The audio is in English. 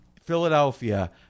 Philadelphia